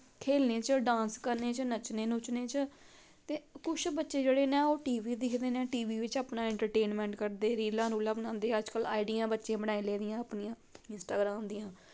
खेलने च डांस करने च नच्चने नुच्चने च ते कुछ बच्चे जेह्ड़े ओह् टीवी दिखदे न टीवी बिच्च एन्टरटेनमैंट करदे रील्लां रूल्लां बनांदे अजकल आईडियां बच्चें बनाई लेदियां अनियां इंस्टॉग्राम दियां